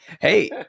hey